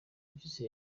mpyisi